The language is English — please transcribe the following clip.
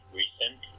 recent